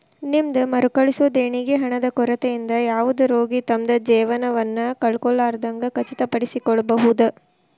ನಿಮ್ದ್ ಮರುಕಳಿಸೊ ದೇಣಿಗಿ ಹಣದ ಕೊರತಿಯಿಂದ ಯಾವುದ ರೋಗಿ ತಮ್ದ್ ಜೇವನವನ್ನ ಕಳ್ಕೊಲಾರ್ದಂಗ್ ಖಚಿತಪಡಿಸಿಕೊಳ್ಬಹುದ್